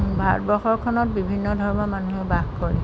ভাৰতবৰ্ষখনত বিভিন্ন ধৰ্মৰ মানুহে বাস কৰে